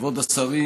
כבוד השרים,